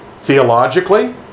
Theologically